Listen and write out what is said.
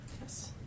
Yes